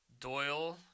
Doyle